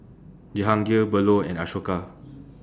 Jehangirr Bellur and Ashoka